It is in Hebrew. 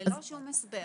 ללא שום הסבר.